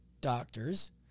doctors